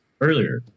earlier